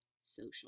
social